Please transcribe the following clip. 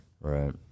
Right